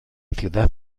ciudad